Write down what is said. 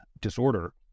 disorder